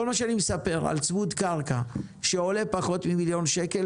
כל מה שאני מספר על צמוד קרקע שעולה פחות ממיליון שקל,